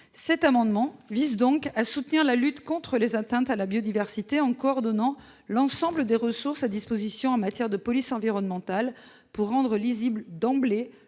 Cet amendement vise à soutenir la lutte contre les atteintes à la biodiversité en coordonnant l'ensemble des ressources à disposition en matière de police environnementale, afin de rendre immédiatement